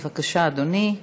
בבקשה, אדוני.